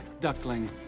Duckling